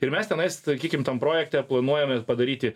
ir mes tenais sakykim tam projekte planuojame padaryti